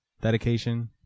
dedication